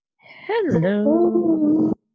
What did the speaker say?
Hello